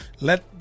Let